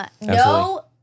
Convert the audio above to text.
No